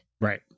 Right